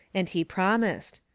and he promised.